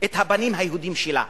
את הפנים היהודיים שלה,